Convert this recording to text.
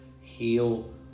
Heal